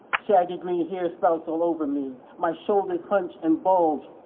shaggy green hair sprouts all over me. my shoulders hunch and bulge,